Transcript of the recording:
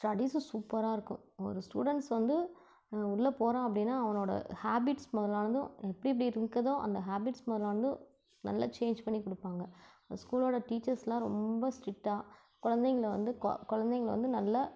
studies சூப்பராக இருக்கும் ஒரு ஸ்டூடெண்ட்ஸ் வந்து உள்ள போகிறான் அப்படின்னா அவனோடய ஹேபிட்ஸ் முதலானதும் எப்படி எப்படி இருக்குதோ அந்த ஹேபிட்ஸ் முதலானதும் நல்லா சேஞ்ச் பண்ணி கொடுப்பாங்க அந்த ஸ்கூலோடய டீச்சர்ஸ்லாம் ரொம்ப ஸ்ட்ரிட்டாக குழந்தைங்கள வந்து கொ குழந்தைங்கள வந்து நல்லா